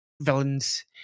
villains